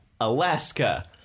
Alaska